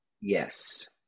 yes